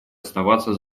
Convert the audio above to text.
оставаться